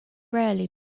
rarely